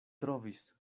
trovis